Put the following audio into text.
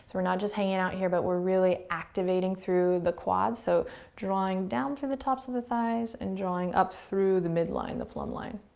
not just hanging out here, but we're really activating through the quads. so drawing down through the tops of the thighs and drawing up through the midline, the plum line.